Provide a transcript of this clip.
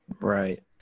Right